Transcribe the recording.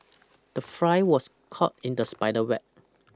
the fly was caught in the spider web